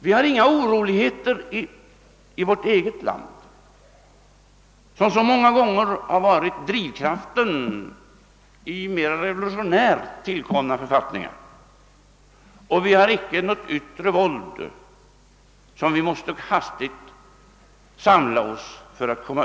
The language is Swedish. Vi har inga oroligheter i vårt eget land, vilket så många gånger varit drivkraften när det gällt mer revolutionärt tillkomna författningar, och vi utsätts inte för något yttre våld som vi hastigt måste samla oss för att övervinna.